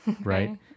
right